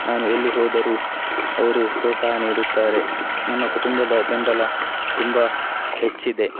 ನಾನು ಎಲ್ಲಿ ಹೋದರೂ ಅವರು ಪ್ರೋತ್ಸಾಹ ನೀಡುತ್ತಾರೆ ನನ್ನ ಕುಟುಂಬದ ಬೆಂಬಲ ತುಂಬ ಹೆಚ್ಚಿದೆ